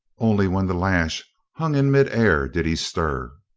only when the lash hung in mid-air did he stir.